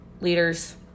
leaders